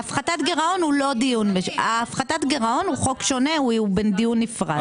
הפחתת הגירעון הוא חוק שונה ולגביו יתנהל דיון נפרד.